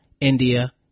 India